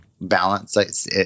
balance